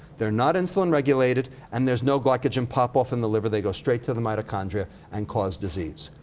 they're not insulin regulated and there's no glycogen pop-off in the liver. they go straight to the mitochondria and cause disease.